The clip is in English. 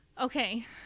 Okay